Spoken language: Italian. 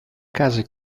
case